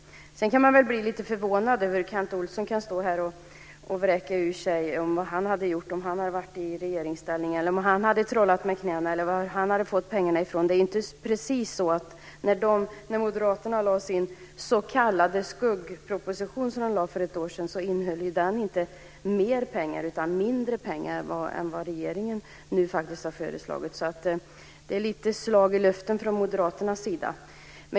Sedan kan man väl bli lite förvånad över att Kent Olsson kan stå här och vräka ur sig vad han hade gjort om han hade varit i regeringsställning, om han hade trollat med knäna eller varifrån han hade fått pengarna. Det var inte precis så att när Moderaterna lade fram sin s.k. skuggproposition för ett år sedan innehöll den mer pengar än regeringen nu faktiskt har föreslagit. Den innehöll mindre pengar. Det är lite av ett slag i luften från Moderaternas sida.